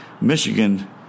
Michigan